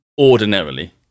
ordinarily